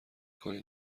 کنین